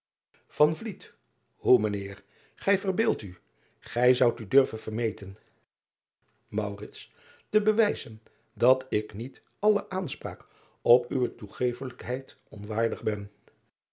oe mijn eer gij verbeeldt u gij zoudt u durven vermeten e bewijzen dat ik niet alle aanspraak op uwe toegeeflijkheid onwaardig ben